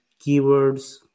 keywords